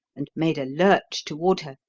and made a lurch toward her.